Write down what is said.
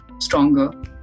stronger